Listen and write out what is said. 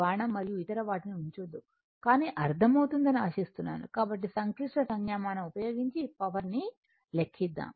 బాణం మరియు ఇతర వాటిని ఉంచొద్దు కానీ అర్థమవుతుందని ఆశిస్తున్నాను కాబట్టి సంక్లిష్ట సంజ్ఞామానం ఉపయోగించి పవర్ ని లెక్కిద్దాం